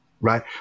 right